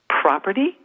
property